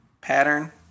pattern